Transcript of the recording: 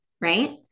right